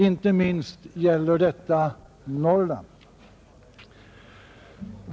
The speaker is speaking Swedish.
Inte minst gäller detta Norrland.